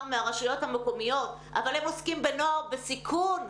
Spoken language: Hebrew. מהרשויות המקומיות אבל הם עוסקים בנוער בסיכון.